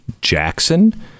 jackson